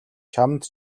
чамд